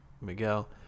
Miguel